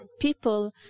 people